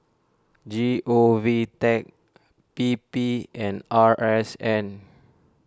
G O V Tech P P and R S N